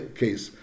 case